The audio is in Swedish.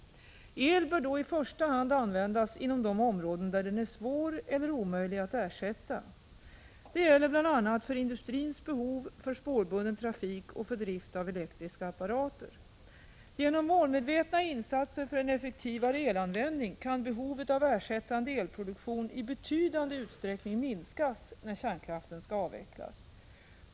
1985/86:110 första hand användas inom de områden där den är svår eller omöjlig att 7 april 1986 ersätta. Det gäller bl.a. för industrins behov, för spårbunden trafik och för ning minskas när kärnkraften skall avvecklas.